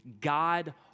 God